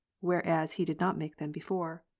whereas he did not make them before?